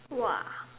!wah!